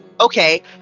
okay